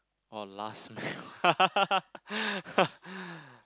oh last meal ah